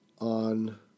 on